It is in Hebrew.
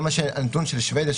גם הנתון של שבדיה,